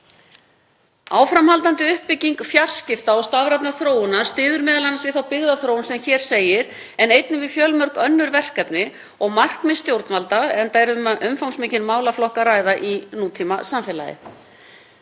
Áframhaldandi uppbygging fjarskipta og stafrænnar þróunar styður m.a. við þá byggðaþróun sem hér segir en einnig við fjölmörg önnur verkefni og markmið stjórnvalda enda er um umfangsmikinn málaflokk að ræða í nútímasamfélagi.